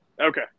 Okay